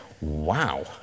wow